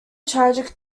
tragic